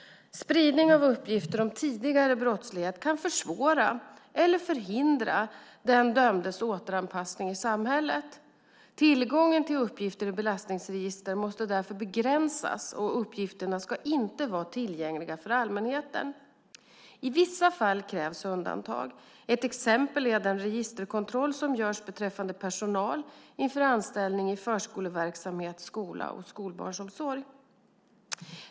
Spridning av uppgifter om tidigare brottslighet kan försvåra eller förhindra den dömdes återanpassning i samhället. Tillgången till uppgifter i belastningsregistret måste därför begränsas, och uppgifterna ska inte vara tillgängliga för allmänheten. I vissa fall krävs undantag. Ett exempel är den registerkontroll som görs beträffande personal inför anställning i förskoleverksamhet, skola och skolbarnsomsorg.